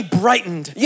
brightened